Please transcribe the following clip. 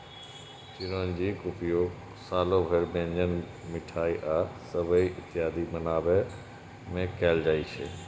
चिरौंजीक उपयोग सालो भरि व्यंजन, मिठाइ आ सेवइ इत्यादि बनाबै मे कैल जाइ छै